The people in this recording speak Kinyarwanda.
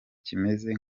kimeze